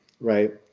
Right